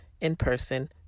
in-person